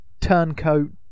turncoat